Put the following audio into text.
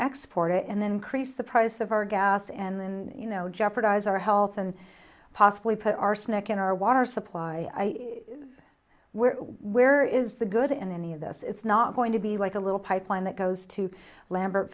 export it and then crease the price of our gas and then you know jeopardize our health and possibly put arsenic in our water supply where where is the good in any of this it's not going to be like a little pipeline that goes to lambert